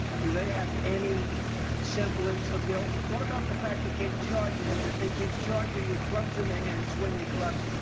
do they have any semblance of guilt? what about the fact they came charging that they came charging with clubs in their hands, swinging clubs?